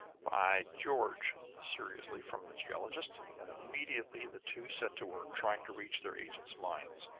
by george! seriously, from the geologist. and immediately the two set to work trying to reach their agents' minds.